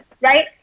right